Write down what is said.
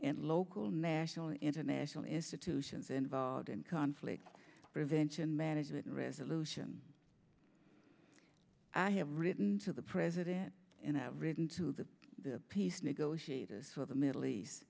and local national and international institutions involved in conflict prevention management and resolution i have written to the president and written to the peace negotiators for the middle east